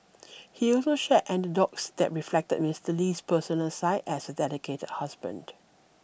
he also shared anecdotes that reflected Mister Lee's personal side as a dedicated husband